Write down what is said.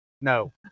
No